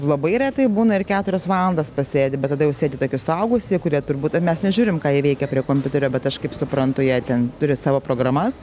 labai retai būna ir keturias valandas pasėdi bet tada jau sėdi tokie suaugusieji kurie turbūt mes nežiūrim ką jie veikia prie kompiuterio bet aš kaip suprantu jei ten turi savo programas